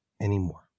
anymore